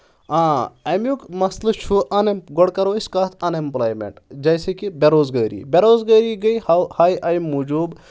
آ اَمیُک مَسلہٕ چھُ ان گۄڈٕ کَرو أسۍ کَتھ ان اؠمپلایمینٹ جیسے کہِ بے روزگٲری بے روزگٲری گٔیے ہو ہاے اَمہِ موٗجوٗب